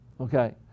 Okay